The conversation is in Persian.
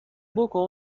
بکن